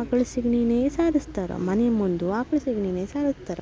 ಆಕ್ಳ ಸಗಣಿನೇ ಸಾರಸ್ತಾರೆ ಮನೆ ಮುಂದೂ ಆಕ್ಳ ಸಗಣಿನೇ ಸಾರಸ್ತಾರೆ